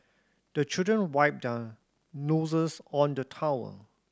the children wipe their noses on the towel